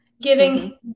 Giving